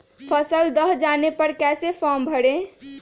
फसल दह जाने पर कैसे फॉर्म भरे?